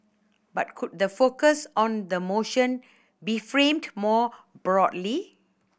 but could the focus on the motion be framed more broadly